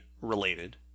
related